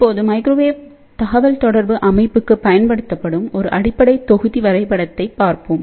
இப்போது மைக்ரோவேவ் தகவல்தொடர்பு அமைப்புக்கு பயன்படுத்தப்படும் ஒரு அடிப்படை தொகுதி வரைபடத்தைப் பார்ப்போம்